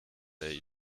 der